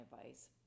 advice